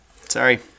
Sorry